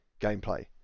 gameplay